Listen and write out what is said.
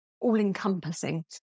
all-encompassing